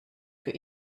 für